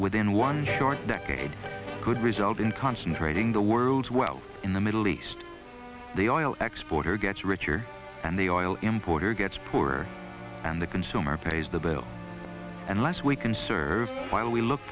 within one short decade could result in concentrating the world's wealth in the middle east they all export or gets richer and the oil importer gets poorer and the consumer pays the bill unless we conserve while we look